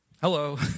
Hello